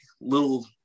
little